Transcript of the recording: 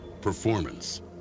performance